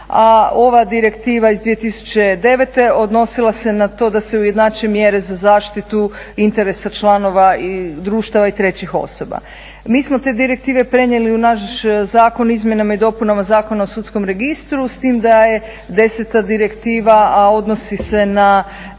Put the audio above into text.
ova direktiva iz 2009.odnosila se na to da se ujednače mjere za zaštitu interesa članova društava i trećih osoba. Mi smo te direktive prenijeli u naš zakon o izmjenama i dopunama Zakona o sudskom registru, s tim da je 10.direktiva, a odnosi se na